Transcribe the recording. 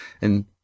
and